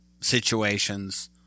situations